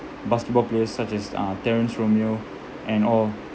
basketball players such as uh terrence romeo and all